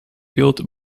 built